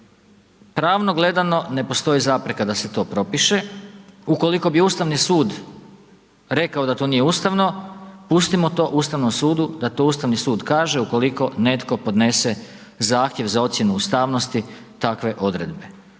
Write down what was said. pravno gledano ne postoji zapreka da se to propiše. Ukoliko bi Ustavni sud rekao da to nije ustavno, pustimo to Ustavnom sudu da to Ustavni sud kaže ukoliko netko podnese zahtjev za ocjenu ustavnosti takve odredbe.